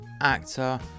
actor